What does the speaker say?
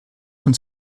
von